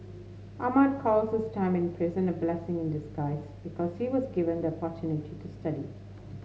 Ahmad calls his time in prison a blessing in disguise because she was given the to study